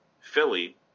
Philly